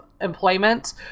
employment